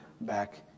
back